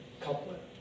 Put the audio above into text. couplet